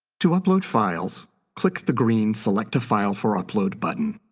to upload files click the green select a file for upload button.